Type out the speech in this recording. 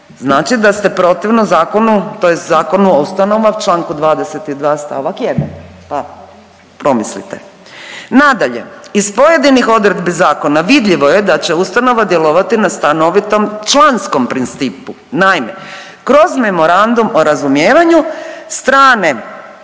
znači da ste protivno zakonu tj. Zakonu o ustanovama čl. 22. st. 1., pa promislite. Nadalje, iz pojedinih odredbi zakona vidljivo je da će ustanova djelovati na stanovitom članskom principu. Naime, kroz memorandum o razumijevanju strane